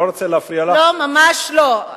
אני לא רוצה להפריע לך, לא, ממש לא.